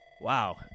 Wow